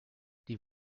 die